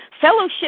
Fellowship